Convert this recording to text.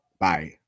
Bye